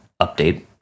update